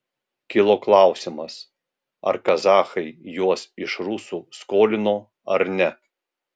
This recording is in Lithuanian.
kilo klausimas ar kazachai juos iš rusų skolino ar ne